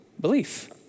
belief